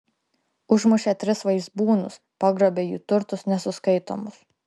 užmušė tris vaizbūnus pagrobė jų turtus nesuskaitomus